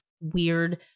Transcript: weird